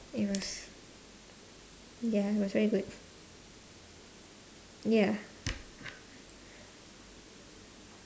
it was ya it was very good ya